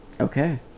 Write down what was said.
Okay